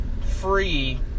free